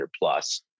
plus